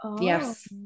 Yes